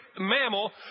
mammal